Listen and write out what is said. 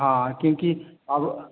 हाँ क्योंकि अब